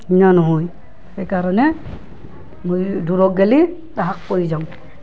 নিয়া নহয় সেই কাৰণে মই দূৰত গেলি তাহাক কৈ যাওঁ